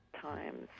times